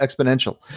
exponential